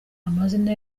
amazina